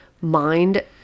mind